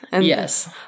yes